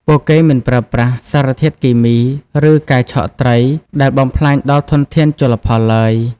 ពួកគេមិនប្រើប្រាស់ សារធាតុគីមី ឬការឆក់ត្រីដែលបំផ្លាញដល់ធនធានជលផលឡើយ។